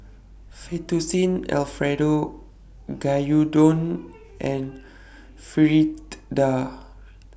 Fettuccine Alfredo Gyudon and Fritada